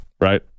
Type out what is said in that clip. Right